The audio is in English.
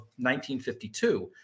1952